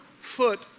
foot